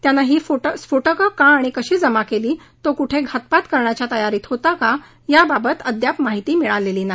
त्यानं ही स्फोटकं का आणि कशी जमा केली तो कुठे घातपात करण्याच्या तयारीत होता का याबाबत अद्याप माहिती मिळालेली नाही